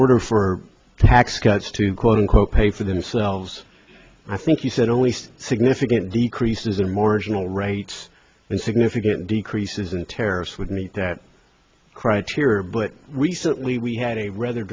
order for tax cuts to quote unquote pay for themselves i think you said only see significant decreases in marginal rates and significant decreases and terrorists would meet that criteria but recently we had a rather